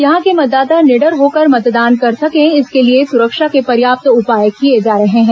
यहां के मतदाता निडर होकर मतदान कर सके इसके लिए सुरक्षा के पर्याप्त उपाय किए जा रहे हैं